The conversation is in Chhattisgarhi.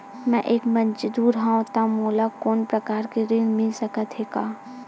मैं एक मजदूर हंव त मोला कोनो प्रकार के ऋण मिल सकत हे का?